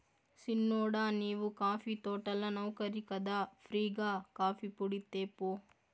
సిన్నోడా నీవు కాఫీ తోటల నౌకరి కదా ఫ్రీ గా కాఫీపొడి తేపో